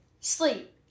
sleep